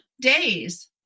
days